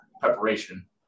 preparation